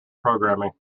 programming